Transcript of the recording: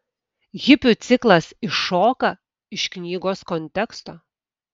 hipių ciklas iššoka iš knygos konteksto